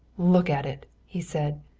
look at it! he said.